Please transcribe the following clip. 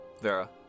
Vera